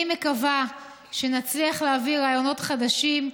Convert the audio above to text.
אני מקווה שנצליח להביא רעיונות חדשים,